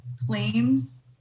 claims